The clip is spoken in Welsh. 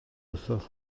wrtho